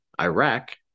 Iraq